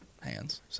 hands